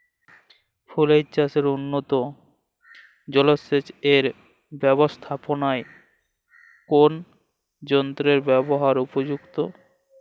ফুলের চাষে উন্নত জলসেচ এর ব্যাবস্থাপনায় কোন যন্ত্রের ব্যবহার উপযুক্ত?